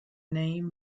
name